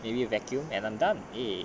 maybe vacuum and I'm done